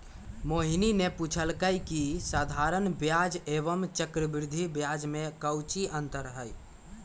मोहिनी ने पूछल कई की साधारण ब्याज एवं चक्रवृद्धि ब्याज में काऊची अंतर हई?